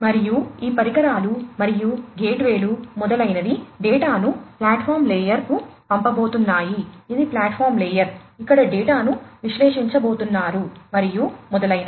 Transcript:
మరియు ఈ పరికరాలు మరియు గేట్వేలు మొదలైనవి డేటాను ప్లాట్ఫాం లేయర్ కు పంపబోతున్నాయి ఇది ప్లాట్ఫాం లేయర్ ఇక్కడ డేటాను విశ్లేషించబోతున్నారు మరియు మొదలైనవి